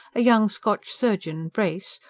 a young scotch surgeon, brace,